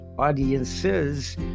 audiences